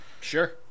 Sure